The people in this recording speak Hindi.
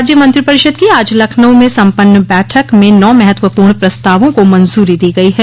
राज्य मंत्रिपरिषद की आज लखनऊ में सम्पन्न बैठक में नौ महत्वपूर्ण प्रस्तावों को मंजूरी दी गई है